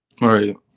Right